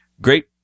Great